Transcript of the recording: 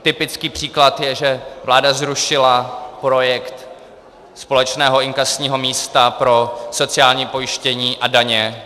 Typický příklad je, že vláda zrušila projekt společného inkasního místa pro sociální pojištění a daně.